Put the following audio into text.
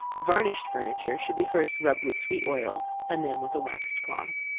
varnished furniture should be first rubbed with sweet oil, and then with a waxed cloth.